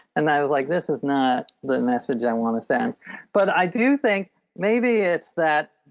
and i was like, this is not the message i want to send but i do think maybe it's that